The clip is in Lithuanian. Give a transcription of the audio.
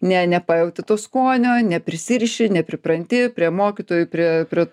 ne nepajauti to skonio neprisiriši nepripranti prie mokytojų prie prie